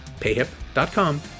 Payhip.com